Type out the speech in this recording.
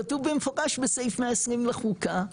כתוב במפורש בסעיף 120 לחוקה,